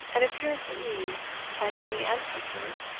an appearance of ease, plenty, and comfort,